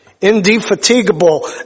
indefatigable